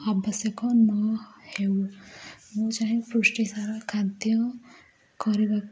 ଆବଶ୍ୟକ ନ ହେଉ ମୁଁ ଚାହେଁ ପୃଷ୍ଟିସାର ଖାଦ୍ୟ କରିବାକୁ